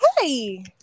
Hey